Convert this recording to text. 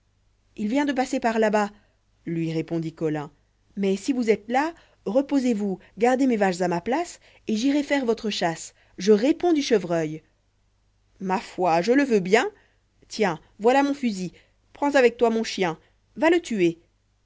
il vient de passer par là-bas lui répondit colin mais si vous êtes las reposez-vous gardez mes vaches à ma place et j'irai faire votre chasse je réponds du chevreuil ma foi je le veux bien iens voilà mon fusil prends avec îoi mon chien va le tuer